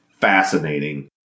fascinating